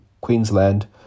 Queensland